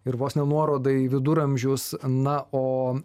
ir vos ne nuoroda į viduramžius na o